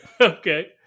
Okay